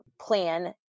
plan